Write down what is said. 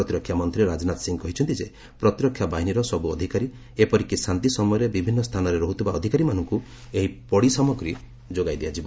ପ୍ରତିରକ୍ଷା ମନ୍ତ୍ରୀ ରାଜନାଥ ସିଂହ କହିଛନ୍ତି ଯେ ପ୍ରତିରକ୍ଷା ବାହିନୀର ସବୁ ଅଧିକାରୀ ଏପରିକି ଶାନ୍ତି ସମୟରେ ବିଭିନ୍ନ ସ୍ଥାନରେ ରହୁଥିବା ଅଧିକାରୀମାନଙ୍କୁ ଏହି ପଡ଼ି ସାମଗ୍ରୀ ଯୋଗାଇ ଦିଆଯିବ